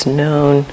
known